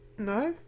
No